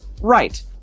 right